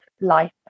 life